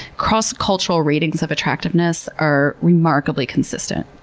cross-cultural readings of attractiveness are remarkably consistent.